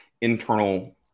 internal